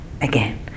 again